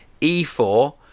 E4